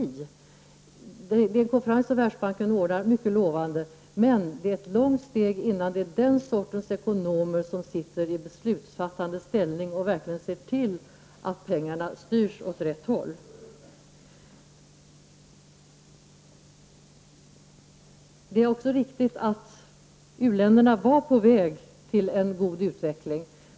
Det är en mycket lovande konferens som Världsbanken ordnar, men det är ett långt steg innan det är den sortens ekonomer som sitter i beslutsfattande ställning och verkligen ser till att pengarna styrs åt rätt håll. Det är också riktigt att u-länderna var på väg mot en god utveckling.